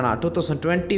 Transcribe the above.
2020